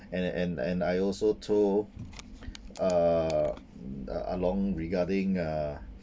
and and and I also told uh Ahlong regarding uh